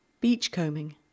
Beachcombing